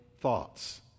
thoughts